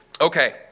Okay